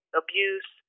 abuse